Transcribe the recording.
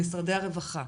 במשרדי הרווחה,